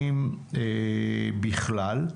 אם בכלל.